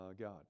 God